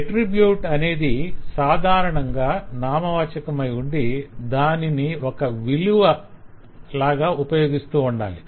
attribute అనేది సాధారణంగా నామవాచాకమై ఉండి దానిని ఒక విలువ లాగా ఉపయోగిస్తూ ఉండాలి